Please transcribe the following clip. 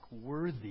worthy